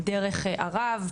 דרך ערב,